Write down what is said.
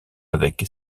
avec